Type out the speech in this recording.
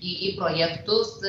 į į projektus